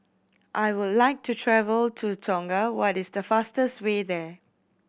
I would like to travel to Tonga what is the fastest way there